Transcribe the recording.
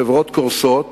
חברות קורסות